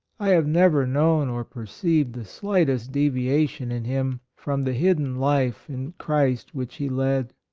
i have never known or perceived the slightest deviation in him, from the hidden life in christ which he led.